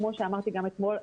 כמו שאמרתי גם אתמול,